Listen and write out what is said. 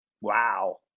wow